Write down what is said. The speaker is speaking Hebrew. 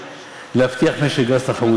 להבטיח משק גז תחרותי.